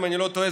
אם אני לא טועה,